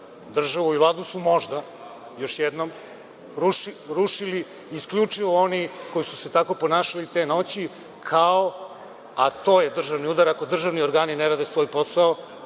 Državu i Vladu su možda još jednom, rušili isključivo oni koji su se tako ponašali te noći kao, a to je državni udar ako državni organi ne rade svoj posao,